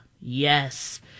Yes